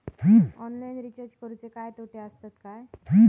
Online recharge करुचे काय तोटे आसत काय?